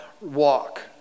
walk